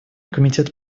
комитет